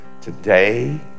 today